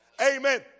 Amen